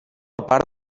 part